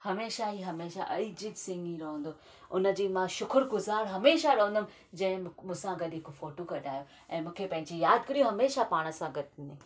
हमेशह ई हमेशह अरिजीत सिंह ई रहंदो उनजी मां शुखुरगुजर हमेशह रहुंदमि जे मूंसा गॾु हिकु फोटू कढायो ऐं मूंखे पंहिंजी यादगिरियूं हमेशह पाण सां गॾु मिली